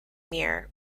mir